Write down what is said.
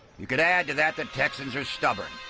you could add to that that texans are stubborn,